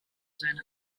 seiner